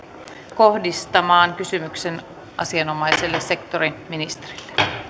kohdistamaan kysymyksensä asianomaiselle sektoriministerille